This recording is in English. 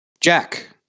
Jack